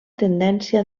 tendència